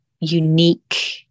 unique